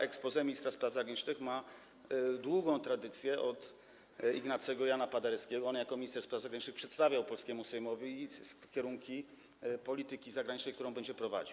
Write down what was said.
Exposé ministra spraw zagranicznych ma długą tradycję: od Ignacego Jana Paderewskiego - on jako minister spraw zagranicznych przedstawiał polskiemu Sejmowi kierunki polityki zagranicznej, którą będzie prowadził.